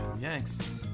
Yanks